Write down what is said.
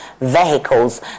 vehicles